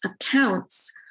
accounts